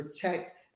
protect